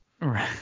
Right